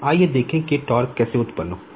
आइए देखें कि यह कैसे उत्पन्न होता है